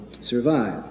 survive